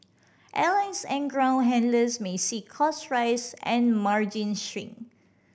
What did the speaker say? airlines and ground handlers may see costs rise and margins shrink